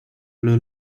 blue